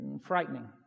frightening